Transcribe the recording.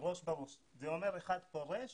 ראש בראש, זה אומר אחד פורש